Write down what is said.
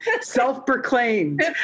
Self-proclaimed